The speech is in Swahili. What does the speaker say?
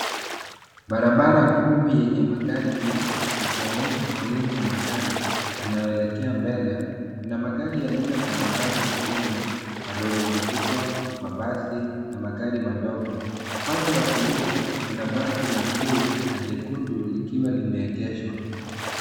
Barabara kuu yenye magari mengi, ikionyesha foleni ya gari yanayoelekea mbele kuna magari ya aina mbalimbali yakiwemo, malori makubwa mabasi na magari madogo. Kuna basi la bluu na jekundu likiwa limeegeshwa.